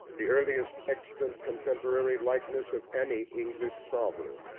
the earliest extant contemporary likeness of any english sovereign,